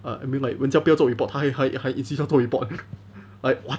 I mean like 人家不要做 report 她会还还还 insists 要做 report